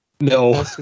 No